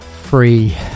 free